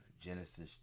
Genesis